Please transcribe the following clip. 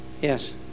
Yes